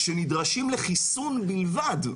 שנדרשים לחיסון בלבד.